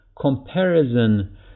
comparison